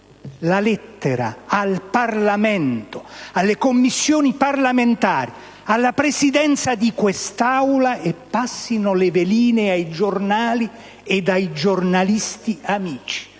la lettera al Parlamento, alle Commissioni parlamentari, alla Presidenza di quest'Aula e passino le veline ai giornali e ai giornalisti amici.